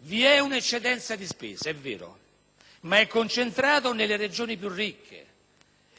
vi è un'eccedenza di spesa. Ciò è vero, ma è concentrato nelle Regioni più ricche: